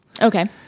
Okay